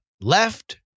left